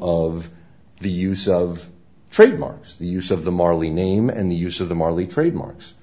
of the use of trademarks the use of the marley name and the use of the marley trademarks